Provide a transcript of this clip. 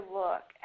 look